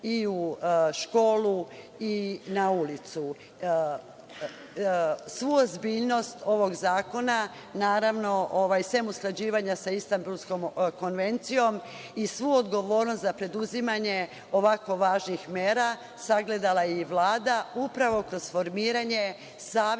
i u školu i na ulicu. Svu ozbiljnost ovog zakona, naravno, sem usklađivanja sa Istanbulskom konvencijom, i svu odgovornost za preduzimanje ovako važnih mera sagledala je i Vlada, upravo kroz formiranje Saveta